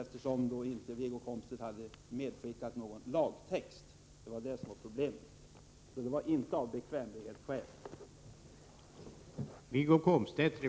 Wiggo Komstedt föreslog ju inte någon lagtext och det var det som var problemet. Det var alltså inte bekvämlighetsskäl som var avgörande.